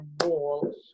wall